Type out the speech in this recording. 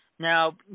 Now